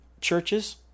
churches